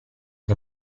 che